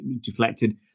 deflected